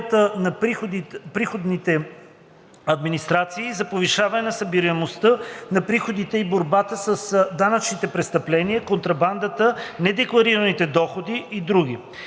на приходните администрации за повишаване на събираемостта на приходите и борба с данъчните престъпления, контрабандата, недекларираните доходи и други.